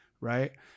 right